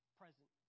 present